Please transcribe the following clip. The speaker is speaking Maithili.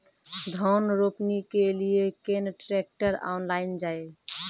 धान रोपनी के लिए केन ट्रैक्टर ऑनलाइन जाए?